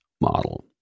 model